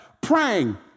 praying